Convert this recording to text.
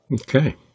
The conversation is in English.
Okay